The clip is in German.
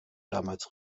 damals